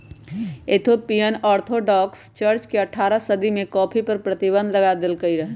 Ethiopian Orthodox Church ने अठारह सदी में कॉफ़ी पर प्रतिबन्ध लगा देलकइ रहै